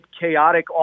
chaotic